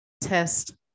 test